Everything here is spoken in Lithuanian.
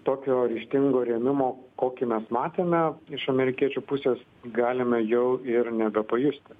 tokio ryžtingo rėmimo kokį mes matėme iš amerikiečių pusės galime jau ir nebepajusti